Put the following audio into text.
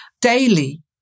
daily